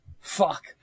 Fuck